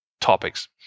topics